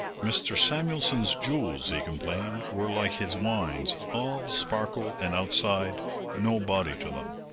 mr. samuelson's jewels, he complained, were like his wines, all sparkle and outside no body to them.